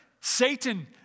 Satan